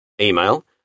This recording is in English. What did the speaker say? Email